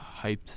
hyped